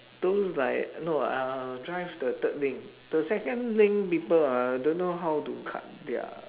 those like no uh drive the third lane the second lane people ah don't know how to cut their